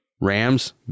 Rams